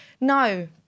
No